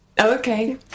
okay